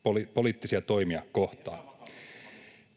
Epävakautatteko nyt?]